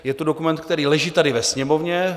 Je to dokument, který leží tady ve Sněmovně.